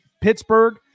Pittsburgh